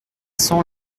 cents